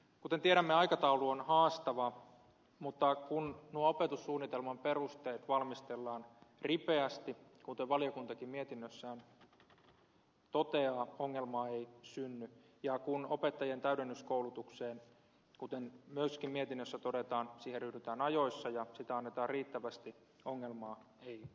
kuten tiedämme aikataulu on haastava mutta kun opetussuunnitelman perusteet valmistellaan ripeästi kuten valiokuntakin mietinnössään toteaa ongelmaa ei synny ja kun opettajien täydennyskoulutukseen kuten myöskin mietinnössä todetaan ryhdytään ajoissa ja sitä annetaan riittävästi ongelmaa ei synny